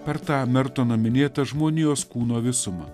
per tą mertono minėtą žmonijos kūno visumą